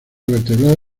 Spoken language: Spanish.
vertebral